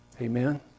Amen